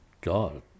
God